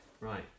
Right